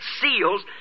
seals